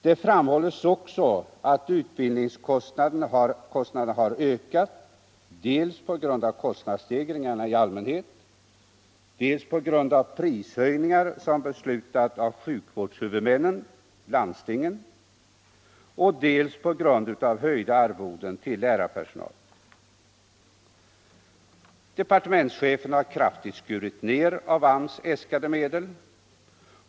Det framhålles också att utbildningskostnaderna har ökat dels på grund av kostnadsstegringar i allmänhet, dels på grund av prishöjningar som beslutats av sjukvårdshuvudmännen — landstingen—- och dels på grund av höjda arvoden till lärarpersonal. Departementschefen har kraftigt skurit ner av AMS äskade medel.